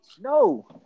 No